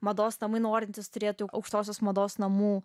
mados namai norintys turėtų aukštosios mados namų